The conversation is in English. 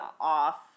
off